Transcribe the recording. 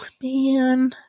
man